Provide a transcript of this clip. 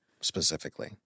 specifically